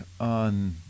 on